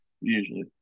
usually